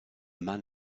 man